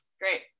great